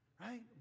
Right